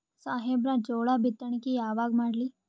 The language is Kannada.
ಸಾಹೇಬರ ಜೋಳ ಬಿತ್ತಣಿಕಿ ಯಾವಾಗ ಮಾಡ್ಲಿ?